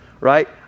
right